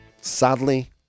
Sadly